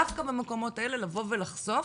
דווקא במקומות האלה לבוא ולחשוף